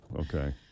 Okay